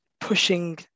pushing